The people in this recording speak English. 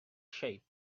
shape